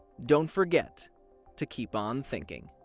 don't forget to keep on thinking.